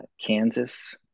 Kansas